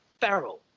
feral